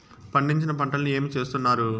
పండించిన పంటలని ఏమి చేస్తున్నారు?